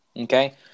Okay